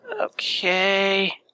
Okay